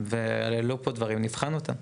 העלו פה דברים ונבחן אותם.